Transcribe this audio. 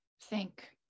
thank